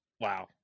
wow